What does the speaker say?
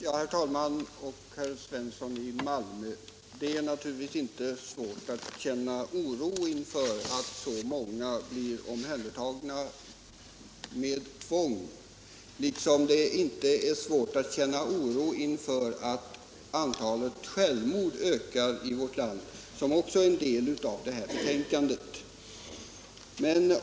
Herr talman! Herr Svensson i Malmö! Det är naturligtvis inte svårt att känna oro inför att så många blir omhändertagna med tvång, liksom det inte är svårt att känna oro inför ökningen av antalet självmord i vårt land, som också berörs i betänkandet.